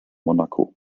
monaco